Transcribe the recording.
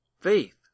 faith